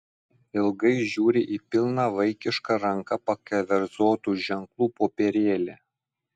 ilgai žiūri į pilną vaikiška ranka pakeverzotų ženklų popierėlį